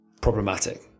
problematic